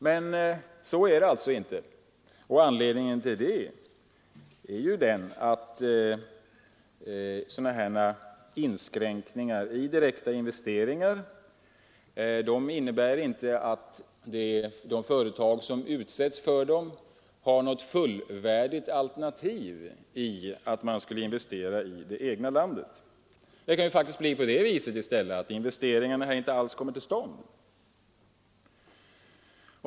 Men så är det alltså inte, och anledningen till det är att inskränkningar i direkta investeringar inte innebär att de företag som utsätts för dem har något fullvärdigt alternativ i att investera i det egna landet. Det kan faktiskt i stället bli så att investeringarna inte alls kommer till stånd.